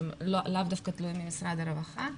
שלאו דווקא תלויים במשרד הרווחה,